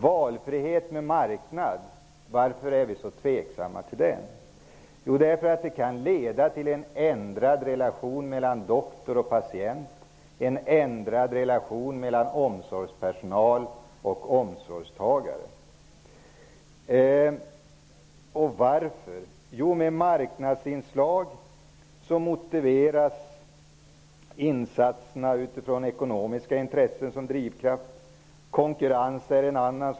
Varför är vi så tveksamma till en valfrihet som innebär en marknadsanpassning? Jo, därför att det kan leda till en ändrad relation mellan doktorn och patienten, mellan omsorgspersonalen och omsorgstagaren. Varför? Jo, med marknadsinslag motiveras insatserna av ekonomiska intressen. Det är en drivkraft. Konkurrens är en annan.